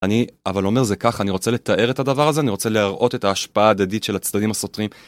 אבל אומר זה ככה, אני רוצה לתאר את הדבר הזה, אני רוצה להראות את ההשפעה הדדית של הצדדים הסותרים.